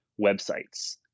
websites